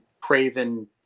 Craven